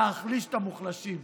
להחליש את המוחלשים.